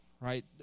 Right